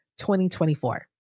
2024